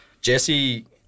Jesse